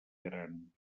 gran